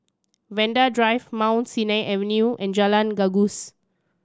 Vanda Drive Mount Sinai Avenue and Jalan Gajus